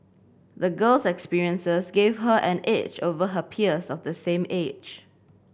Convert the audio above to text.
the girl's experiences gave her an edge over her peers of the same age